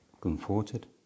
comforted